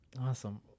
awesome